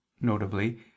notably